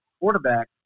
quarterback